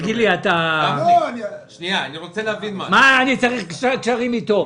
זה אומר שגם הערים המעורבות כולן,